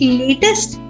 latest